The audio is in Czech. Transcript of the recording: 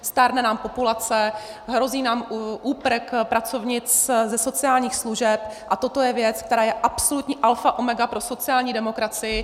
Stárne nám populace, hrozí úprk pracovnic ze sociálních služeb a toto je věc, která je absolutní alfa a omega pro sociální demokracii.